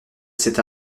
cette